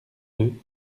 deux